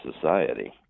society